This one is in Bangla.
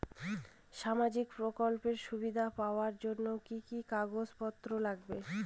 সামাজিক প্রকল্পের সুবিধা পাওয়ার জন্য কি কি কাগজ পত্র লাগবে?